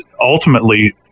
ultimately